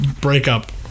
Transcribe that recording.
breakup